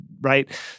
right